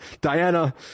Diana